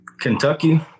Kentucky